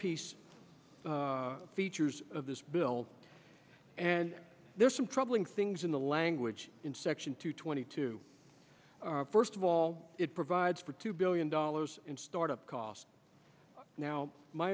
e features of this bill and there are some troubling things in the language in section two twenty two first of all it provides for two billion dollars in startup costs now my